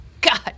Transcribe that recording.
God